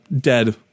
dead